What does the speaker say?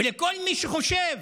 ולכל מי שחושב